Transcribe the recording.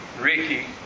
Ricky